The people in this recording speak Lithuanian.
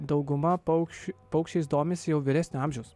dauguma paukščių paukščiais domisi jau vyresnio amžiaus